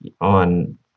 on